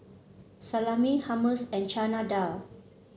Salami Hummus and Chana Dal